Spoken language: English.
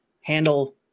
handle